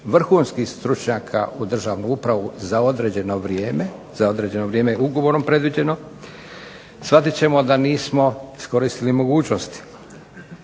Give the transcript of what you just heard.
vrhunskih stručnjaka u državnu upravu za određeno vrijeme, za određeno vrijeme ugovorenom predviđeno, shvatit ćemo da nismo iskoristili mogućnosti.